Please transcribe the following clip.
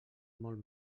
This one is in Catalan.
molt